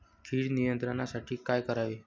कीड नियंत्रणासाठी काय करावे?